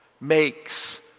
makes